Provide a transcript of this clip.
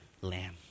lamb